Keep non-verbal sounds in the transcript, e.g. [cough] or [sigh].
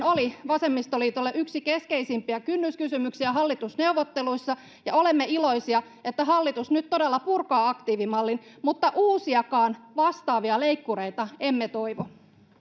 [unintelligible] oli vasemmistoliitolle yksi keskeisimpiä kynnyskysymyksiä hallitusneuvotteluissa ja olemme iloisia että hallitus nyt todella purkaa aktiivimallin mutta uusiakaan vastaavia leikkureita emme toivo